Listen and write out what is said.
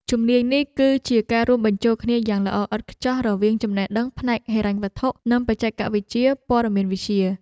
ជំនាញនេះ គឺជាការរួមបញ្ចូលគ្នាយ៉ាងល្អឥតខ្ចោះរវាងចំណេះដឹងផ្នែកហិរញ្ញវត្ថុ និងបច្ចេកវិទ្យាព័ត៌មានវិទ្យា។